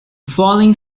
following